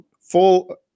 full